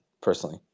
personally